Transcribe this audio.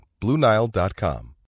BlueNile.com